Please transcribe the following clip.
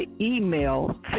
email